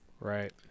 Right